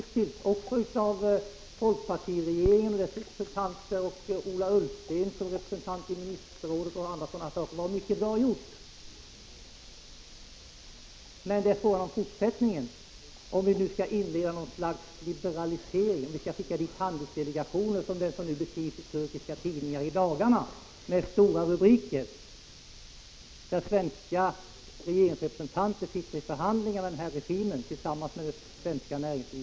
Mycket av det som hittills har gjorts av folkpartiregeringen och dess representanter och av Ola Ullsten som ledamot i ministerrådet har också varit mycket bra. Men nu handlar det om fortsättningen. Skall vi nu inleda något slags liberalisering av kontakterna med Turkiet? Skall vi skicka dit handelsdelegationer? I dagarna beskrivs det i turkiska tidningar, under stora rubriker, hur svenska regeringsrepresentanter tillsammans med svenska näringslivets män sitter i förhandlingar med den turkiska regimen.